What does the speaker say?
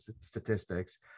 statistics